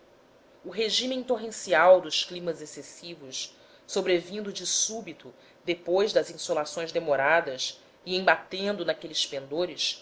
o regime torrencial dos climas excessivos sobrevindo de súbito depois das insolações demoradas e embatendo naqueles pendores